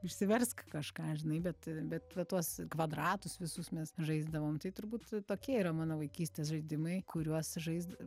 išsiversk kažką žinai bet bet va tuos kvadratus visus mes žaisdavom tai turbūt tokie yra mano vaikystės žaidimai kuriuos žais